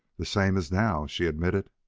the same as now, she admitted.